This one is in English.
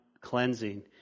cleansing